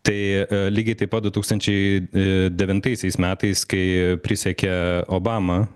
tai lygiai taip pat du tūkstančiai devintaisiais metais kai prisiekė obama